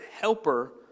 helper